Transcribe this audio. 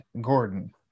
Gordon